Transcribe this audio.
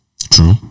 True